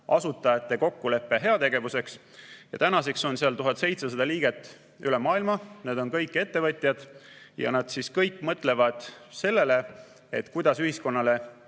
kokkulepet heategevuseks. Ja tänaseks on seal 1700 liiget üle maailma. Need on kõik ettevõtjad ja nad kõik mõtlevad sellele, kuidas ühiskonnale